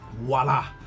voila